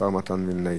השר מתן וילנאי.